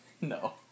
No